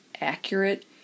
accurate